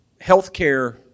Healthcare